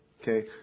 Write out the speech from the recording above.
Okay